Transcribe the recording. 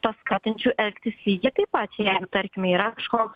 paskatinčiau elgtis lygiai taip pat jeigu tarkime yra kažkoks